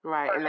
Right